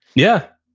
yeah,